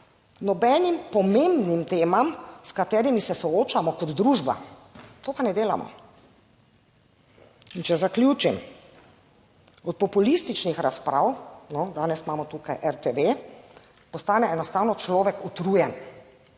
nobenim pomembnim temam s katerimi se soočamo kot družba, to pa ne delamo. In če zaključim. Od populističnih razprav, danes imamo tukaj RTV, postane enostavno človek utrujen,